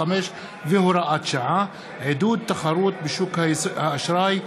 והוראת שעה) (עידוד תחרות בשוק האשראי),